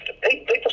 People